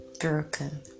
Broken